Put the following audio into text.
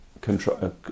control